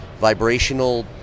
vibrational